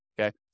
okay